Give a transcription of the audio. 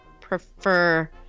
prefer